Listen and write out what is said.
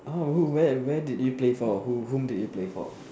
oh where where did you play for who whom did you play for